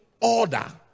order